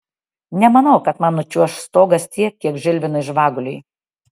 nemanau kad man nučiuoš stogas tiek kiek žilvinui žvaguliui